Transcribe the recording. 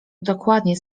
dokładnie